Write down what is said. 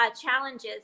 challenges